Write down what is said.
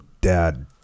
dad